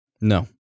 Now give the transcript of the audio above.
No